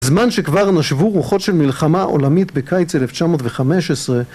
זמן שכבר נשבו רוחות של מלחמה עולמית בקיץ 1915